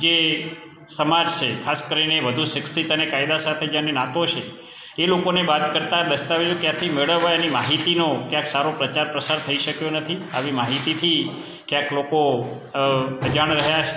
જે સમાજ છે ખાસ કરીને વધુ શિક્ષિત અને કાયદા સાથે જેને નાતો છે એ લોકોને વાત કરતાં દસ્તાવેજો ક્યાંથી મેળવવા એની માહિતીનો ક્યાંક સારો પ્રચાર પ્રસાર થઈ શક્યો નથી આવી માહિતીથી ક્યાંક લોકો અજાણ રહ્યા છે